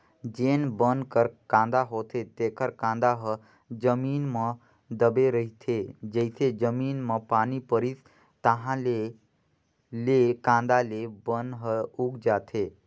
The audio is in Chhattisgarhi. जेन बन कर कांदा होथे तेखर कांदा ह जमीन म दबे रहिथे, जइसे जमीन म पानी परिस ताहाँले ले कांदा ले बन ह उग जाथे